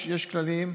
יש כללים,